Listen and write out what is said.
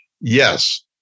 yes